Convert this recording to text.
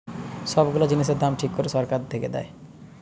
সব গুলা জিনিসের দাম ঠিক করে সরকার থেকে দেয়